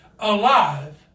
Alive